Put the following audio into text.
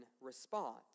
response